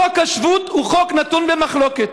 חוק השבות הוא חוק נתון במחלוקת,